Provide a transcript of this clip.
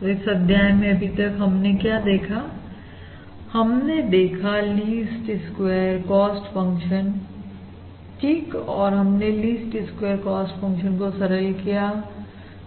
तो इस अध्याय में अभी तक हमने क्या देखा हमने देखा लीस्ट स्क्वेयर कॉस्ट फंक्शन ठीक और हमने लीस्ट स्क्वेयर कॉस्ट फंक्शन को सरल किया